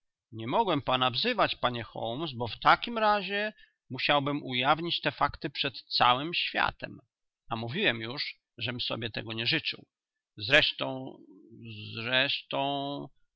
nie mogłem pana wzywać panie holmes bo w takim razie musiałbym ujawnić te fakty przed całym światem a mówiłem już żem sobie tego nie życzył zresztą zresztą